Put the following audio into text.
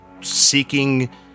seeking